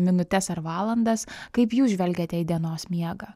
minutes ar valandas kaip jūs žvelgiate į dienos miegą